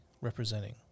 representing